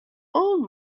own